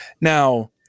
Now